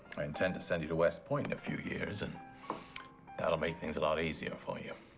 i intend to send you to west point in a few years, and that'll make things a lot easier for you.